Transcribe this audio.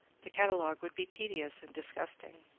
the catalogue would be tedious and disgusting.